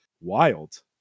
wild